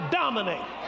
dominate